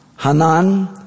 Hanan